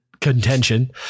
contention